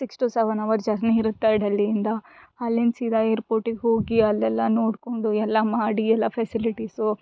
six to seven hour journey ಇರುತ್ತೆ ಡೆಲ್ಲಿಯಿಂದ ಅಲ್ಲಿಂದ ಸೀದಾ ಏರ್ಪೋರ್ಟಿಗೆ ಹೋಗಿ ಅಲ್ಲೆಲ್ಲ ನೋಡಿಕೊಂಡು ಎಲ್ಲ ಮಾಡಿ ಎಲ್ಲ ಫೆಸಿಲಿಟೀಸು